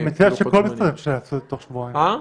אני מציע שכל משרד יעשה תוך שבועיים,